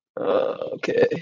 okay